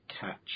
catch